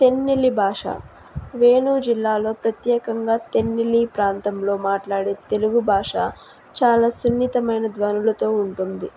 తెన్నెలి భాష వేణూ జిల్లాలో ప్రత్యేకంగా తెన్నెలి ప్రాంతంలో మాట్లాడే తెలుగు భాష చాలా సున్నితమైన ధ్వనులతో ఉంటుంది